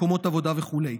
מקומות עבודה וכו'.